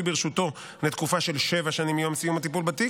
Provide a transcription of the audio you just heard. ברשותו לתקופה של שבע שנים מיום סיום הטיפול בתיק.